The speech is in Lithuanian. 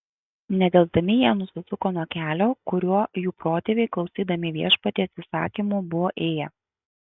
nedelsdami jie nusisuko nuo kelio kuriuo jų protėviai klausydami viešpaties įsakymų buvo ėję